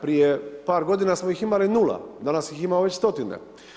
Prije par godina smo ih imali nula, danas ih imamo već stotine.